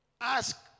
Ask